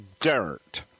dirt